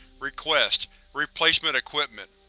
request replacement equipment.